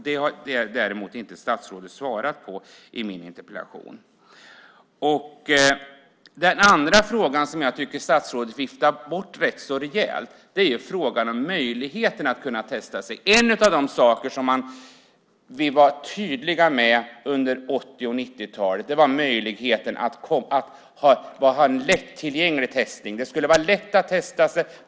Det har statsrådet inte svarat på. Den andra fråga som jag tycker att statsrådet viftar bort rätt så rejält är frågan om möjligheten att testa sig. En av de saker som vi var tydliga med under 80 och 90-talen var möjligheten till lättillgänglig testning. Det skulle vara lätt att testa sig.